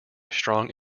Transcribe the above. strong